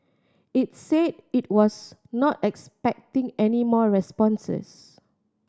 it said it was not expecting any more responses